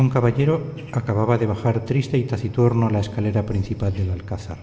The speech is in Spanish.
un caballero acababa de bajar triste y taciturno la escalera principal del alcázar